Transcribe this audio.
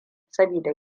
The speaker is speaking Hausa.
saboda